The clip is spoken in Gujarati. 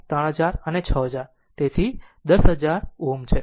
તેથી 1000 3000 અને 6000 તેથી 10000 ઓહ્મ છે